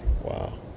Wow